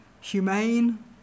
humane